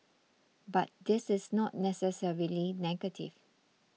but this is not necessarily negative